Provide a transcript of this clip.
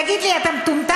תגיד לי, אתה מטומטם?